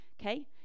okay